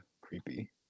creepy